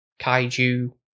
kaiju